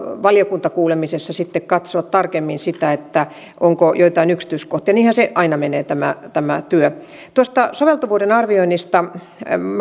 valiokuntakuulemisessa sitten katsoa tarkemmin sitä onko joitain yksityiskohtia niinhän se aina menee tämä tämä työ tuosta soveltuvuuden arvioinnista